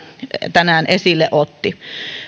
tänään esille otti